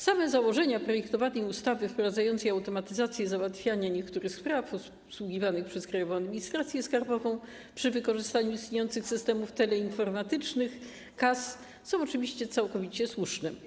Same założenia projektowanej ustawy wprowadzającej automatyzację załatwiania niektórych spraw obsługiwanych przez Krajową Administrację Skarbową przy wykorzystaniu istniejących systemów teleinformatycznych KAS są oczywiście całkowicie słuszne.